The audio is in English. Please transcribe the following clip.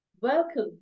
Welcome